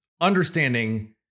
understanding